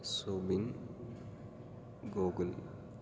Subin Gokul